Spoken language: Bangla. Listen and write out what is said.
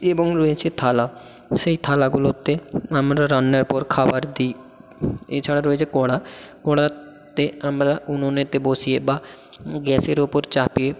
এবং রয়েছে থালা সেই থালাগুলোতে আমরা রান্নার পর খাবার দিই এছাড়া রয়েছে কড়া কড়াতে আমরা উনুনেতে বসিয়ে বা গ্যাসের ওপর চাপিয়ে